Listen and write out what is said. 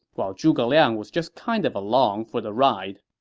while zhuge liang was just kind of along for the ride.